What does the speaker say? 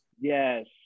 yes